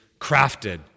crafted